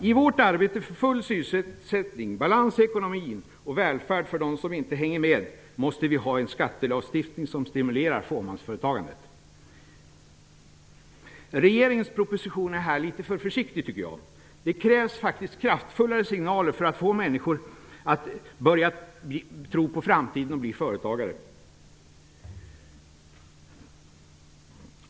I vårt arbete för full sysselsättning, balans i ekonomin och välfärd för de som inte hänger med, måste vi ha en skattelagstiftning som stimulerar fåmansföretagandet. Regeringens proposition är här litet för försiktig. Det krävs faktiskt kraftfullare signaler för att få människor att börja tro på framtiden och bli företagare.